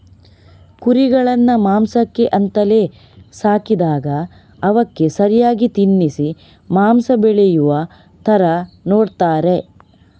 ಕುರಿಗಳನ್ನ ಮಾಂಸಕ್ಕೆ ಅಂತಲೇ ಸಾಕಿದಾಗ ಅವಕ್ಕೆ ಸರಿಯಾಗಿ ತಿನ್ನಿಸಿ ಮಾಂಸ ಬೆಳೆಯುವ ತರ ನೋಡ್ತಾರೆ